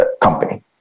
company